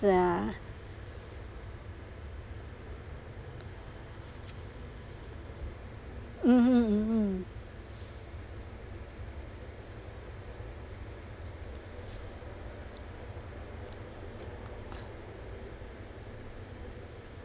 ah mmhmm mm mm